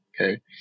Okay